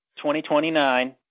2029